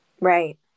right